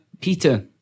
Peter